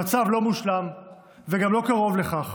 המצב לא מושלם וגם לא קרוב לכך.